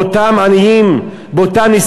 באותם עניים,